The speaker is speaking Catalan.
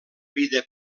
vida